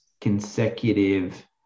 consecutive